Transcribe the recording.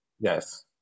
Yes